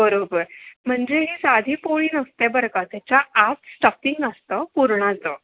बरोबर म्हणजे ही साधी पोळी नसते बरं का त्याच्या आत स्टफिंग असतं पूरणाचं